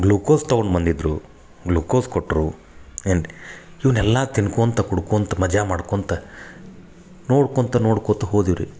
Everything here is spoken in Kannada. ಗ್ಲುಕೋಸ್ ತಗೊಂಡ್ ಬಂದಿದ್ರು ಗ್ಲುಕೋಸ್ ಕೊಟ್ಟರು ಏನು ಇವನ್ನೆಲ್ಲ ತಿನ್ಕೊಳ್ತಾ ಕುಡ್ಕೊಳ್ತಾ ಮಜಾ ಮಾಡ್ಕೊಳ್ತಾ ನೋಡ್ಕೊಳ್ತಾ ನೋಡ್ಕೊಳ್ತಾ ಹೋದೇವು ರೀ